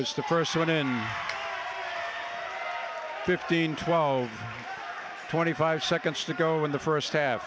was the first one in fifteen twelve twenty five seconds to go in the first